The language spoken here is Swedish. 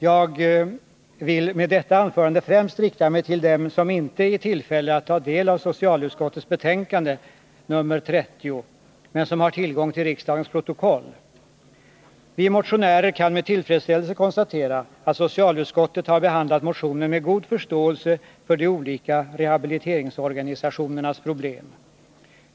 Jag vill med detta anförande främst rikta mig till dem som inte är i tillfälle att ta del av socialutskottets betänkande 1980/81:30 men som har tillgång till riksdagens protokoll. Vi motionärer kan med tillfredsställelse konstatera att socialutskottet har behandlat motionen med god förståelse för de olika rehabiliteringsorganisationernas problem.